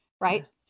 right